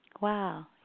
Wow